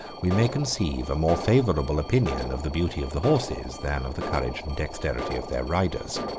we may conceive a more favorable opinion of the beauty of the horses, than of the courage and dexterity of their riders.